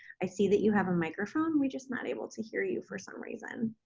i see that you have a microphone, we're just not able to hear you for some reason.